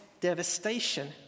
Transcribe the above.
devastation